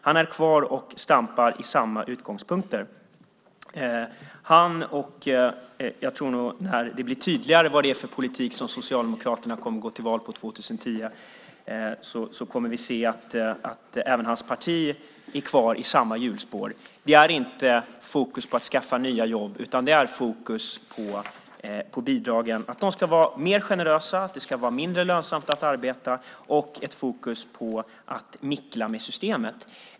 Han står kvar och stampar i samma utgångspunkter. Jag tror nog att när det blir tydligare vad det är för politik som Socialdemokraterna kommer att gå till val på 2010 kommer vi att se att även hans parti är kvar i samma hjulspår. Det är inte fokus på att skaffa nya jobb utan det är fokus på bidragen. De ska vara mer generösa. Det ska vara mindre lönsamt att arbeta och fokus på att mickla med systemet.